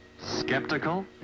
Skeptical